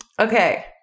Okay